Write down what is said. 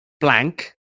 blank